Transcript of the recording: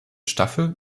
staffel